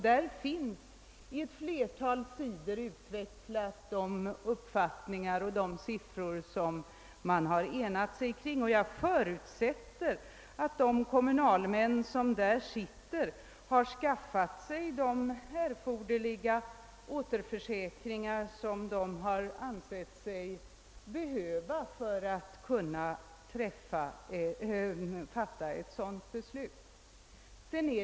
Där finns på ett flertal sidor utvecklat de uppfattningar och de siffror man enat sig kring. Jag förutsätter att de kommunalmän som är medlemmar i KSL har skaffat sig de återförsäkringar som de ansett sig behöva för att kunna fatta ett sådant beslut.